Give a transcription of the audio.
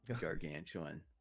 gargantuan